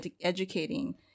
educating